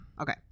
okay